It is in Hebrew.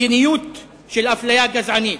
מדיניות של אפליה גזענית.